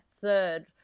third